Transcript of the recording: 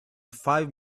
five